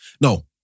No